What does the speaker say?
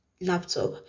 laptop